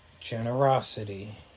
Generosity